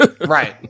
Right